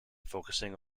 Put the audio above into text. focusing